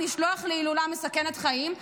לשלוח להילולה מסכנת חיים?